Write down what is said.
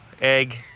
egg